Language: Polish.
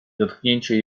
dotknięcie